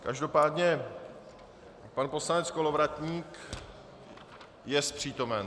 Každopádně pan poslanec Kolovratník... jest přítomen.